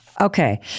Okay